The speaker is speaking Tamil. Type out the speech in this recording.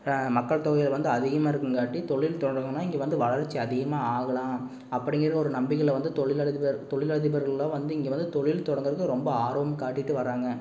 மக்கள் தொகையில வந்து அதிகமாகருக்குங்காட்டி தொழில் தொடங்குனால் இங்கே வந்து வளர்ச்சி அதிகமாக ஆகலாம் அப்படிங்கற ஒரு நம்பிக்கையில வந்து தொழிலதிபர் தொழிலதிபர்கள்லாம் வந்து இங்கே வந்து தொழில் தொடங்குறதுக்கு ரொம்ப ஆர்வம் காட்டிட்டு வராங்கள்